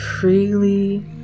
freely